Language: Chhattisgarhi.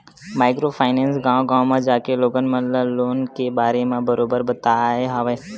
माइक्रो फायनेंस गाँव गाँव म जाके लोगन मन ल लोन के बारे म बरोबर बताय हवय